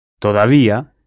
Todavía